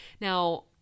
Now